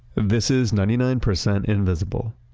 this is ninety nine percent invisible.